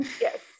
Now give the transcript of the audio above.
Yes